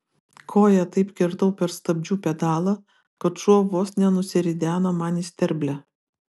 koja taip kirtau per stabdžių pedalą kad šuo vos nenusirideno man į sterblę